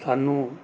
ਸਾਨੂੰ